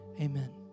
amen